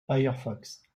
firefox